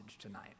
tonight